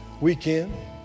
weekend